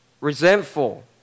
resentful